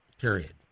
period